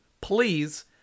Please